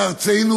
בארצנו,